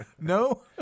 No